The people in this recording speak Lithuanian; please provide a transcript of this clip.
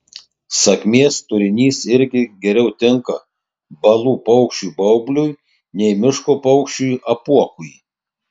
sakmės turinys irgi geriau tinka balų paukščiui baubliui nei miško paukščiui apuokui